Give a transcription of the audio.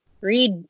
Read